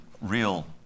real